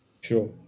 Sure